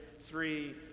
three